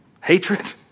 Hatred